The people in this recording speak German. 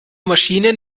maschinen